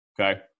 Okay